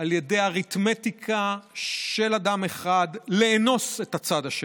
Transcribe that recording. על ידי אריתמטיקה של אדם אחד לאנוס את הצד השני.